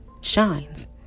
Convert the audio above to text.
shines